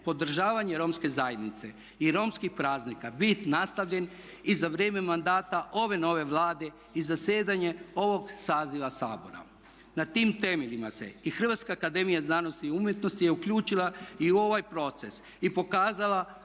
podržavanje romske zajednice i romskih praznika bit nastavljen i za vrijeme mandata ove nove Vlade i zasjedanje ovog saziva Sabora. Na tim temeljima se i Hrvatska akademija znanosti i umjetnosti je uključila i u ovaj proces i pokazala